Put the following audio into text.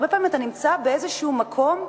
הרבה פעמים אתה נמצא באיזשהו מקום,